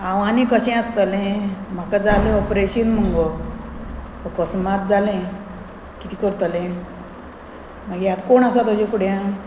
हांव आनी कशें आसतलें म्हाका जालें ऑपरेशन मगो अकस्मात जालें कितें करतलें मागी आत कोण आसा तुज्या फुड्यांक